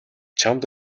чамд